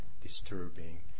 disturbing